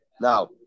now